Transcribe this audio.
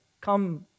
come